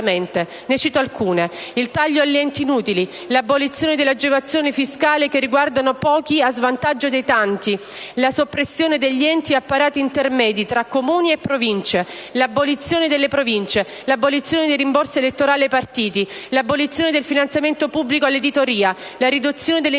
Ne cito alcune: